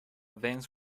veins